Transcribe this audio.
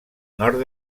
nord